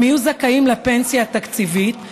הם יהיו זכאים לפנסיה התקציבית,